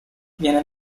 viene